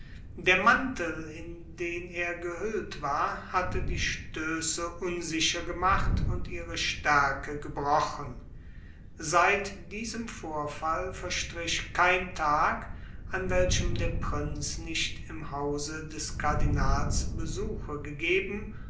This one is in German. der mantel in den er gehüllt war hatte die stöße unsicher gemacht und ihre stärke gebrochen seit diesem vorfall verstrich kein tag an welchem der prinz nicht im hause des kardinals besuche gegeben